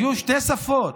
היו שתי שפות,